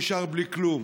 נשאר בלי כלום.